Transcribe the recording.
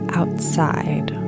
outside